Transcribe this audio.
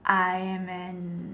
I'm an